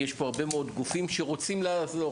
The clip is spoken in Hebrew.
כי יש פה הרבה מאוד גופים שרוצים לעזור.